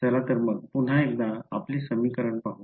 चला तर मग पुन्हा एकदा आपले समीकरण पाहू